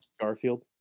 Garfield